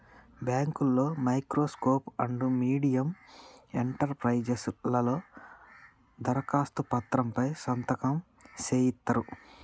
బాంకుల్లో micro small and medium enterprises లలో దరఖాస్తు పత్రం పై సంతకం సేయిత్తరు